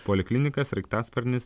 poliklinika sraigtasparnis